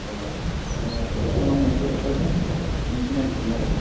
अ माने नोंथांनाव मोनसे हेल्प बिनोसो नागिरदोंमोन आरो